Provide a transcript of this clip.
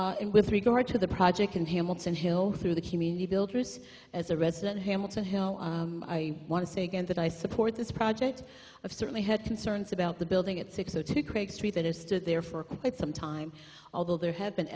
outside with regard to the project in hamilton hill through the community builders as a resident hamilton hill i want to say again that i support this project i've certainly had concerns about the building at six o two craig street that has stood there for quite some time although there have been